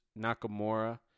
Nakamura